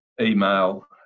email